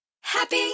happy